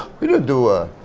we don't do a,